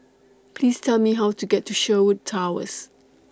Please Tell Me How to get to Sherwood Towers